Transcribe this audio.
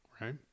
right